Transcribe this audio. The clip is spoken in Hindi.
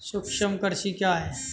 सूक्ष्म कृषि क्या है?